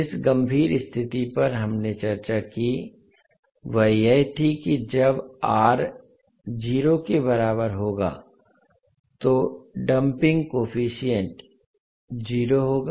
जिस गंभीर स्थिति पर हमने चर्चा की वह यह थी कि जब R 0 के बराबर होगा तो डम्पिंग कोएफ़िशिएंट 0 होगा